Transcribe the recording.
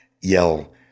yell